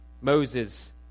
Moses